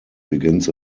begins